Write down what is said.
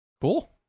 Cool